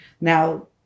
now